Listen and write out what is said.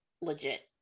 legit